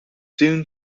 zoned